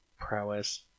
prowess